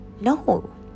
No